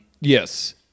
yes